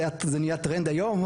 זה נהיה טרנד היום,